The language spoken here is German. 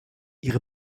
ihre